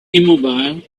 immobile